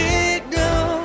Signal